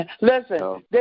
Listen